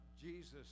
Jesus